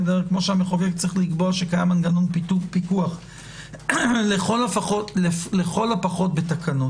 כמו שהמחוק צריך לקבוע שקיים מנגנון פיקוח לכל הפחות בתקנות.